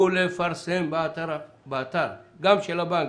ולפרסם באתר גם של הבנק,